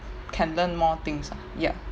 can learn more things lah yup